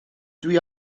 dwi